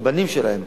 הבנים שלהם,